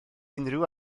unrhyw